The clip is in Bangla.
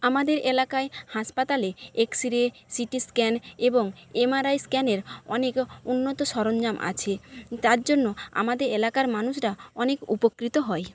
আমাদের এলাকায় হাসপাতালে এক্স রে সিটি স্ক্যান এবং এমআরআই স্ক্যানের অনেক উন্নত সরঞ্জাম আছে তার জন্য আমাদের এলাকার মানুষরা অনেক উপকৃত হয়